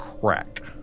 crack